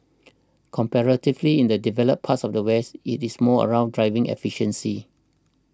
comparatively in the developed parts of the West it's more around driving efficiency